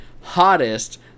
Hottest